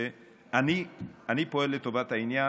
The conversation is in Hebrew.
ואני פועל לטובת העניין,